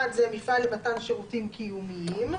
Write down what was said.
(1) זה מפעל למתן שירותים קיומיים,